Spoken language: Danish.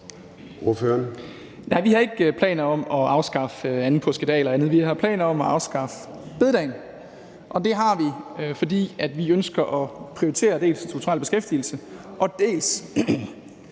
vi har ikke planer om at afskaffe anden påskedag eller andet. Vi har planer om at afskaffe bededagen, og det har vi, fordi vi dels ønsker at prioritere den strukturelle beskæftigelse, dels